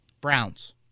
Browns